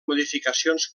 modificacions